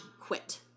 quit